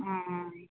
অঁ অঁ